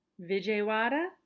Vijaywada